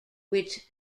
which